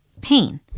pain